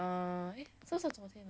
uh 这个是